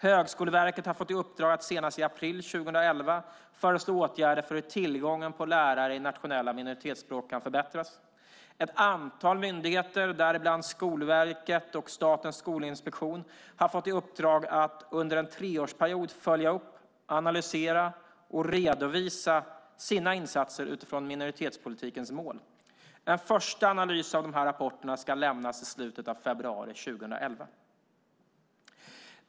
Högskoleverket har fått i uppdrag att senast i april 2011 föreslå åtgärder för hur tillgången på lärare i nationella minoritetsspråk kan förbättras. Ett antal myndigheter, däribland Skolverket och Statens skolinspektion, har fått i uppdrag att under en treårsperiod följa upp, analysera och redovisa sina insatser utifrån minoritetspolitikens mål. En första analys av dessa rapporter ska lämnas i slutet av februari 2011.